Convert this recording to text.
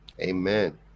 Amen